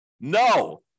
No